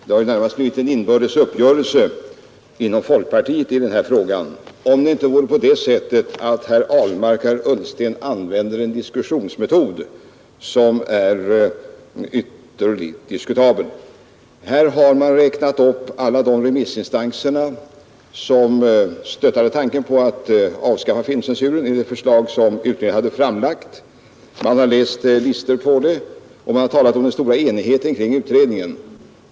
Herr talman! Efter utskottets talesmans inlägg hade jag kunnat avstå från att delta i debatten — det har ju närmast blivit en inbördes uppgörelse inom folkpartiet i frågan — om det inte vore så att herr Ahlmark och herr Ullsten använde en debattmetod som är ytterligt diskutabel. Här har man räknat upp alla de remissinstanser som stödde tanken på att avskaffa filmcensuren enligt det förslag som utredningen hade framlagt. Man har läst upp en lång lista på dem och talat om den stora enigheten kring utredningen.